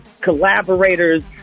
collaborators